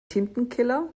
tintenkiller